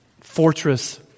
fortress